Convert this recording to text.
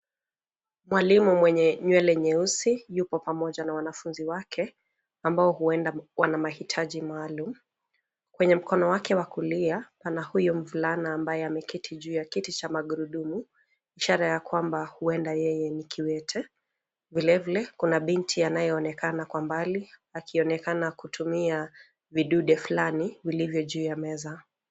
Mwalimu mwenye nywele nyeusi yuko pamoja na wanafunzi wake ambao huenda wana mahitaji maalum. Kwenye mkono wake wa kulia ana huyo mvulana ambaye ameketi juu ya kiti cha magurudumu, ishara ya kwamba huenda yeye ni kiwete. Vile vile kuna binti anayeonekana kwa mbali, akionekana kutumia vidude fulani vilivyo juu ya meza.